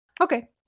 Okay